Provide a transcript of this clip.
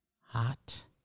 Hot